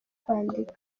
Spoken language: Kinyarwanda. kwandika